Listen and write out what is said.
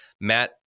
Matt